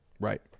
Right